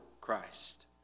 Christ